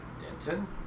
Denton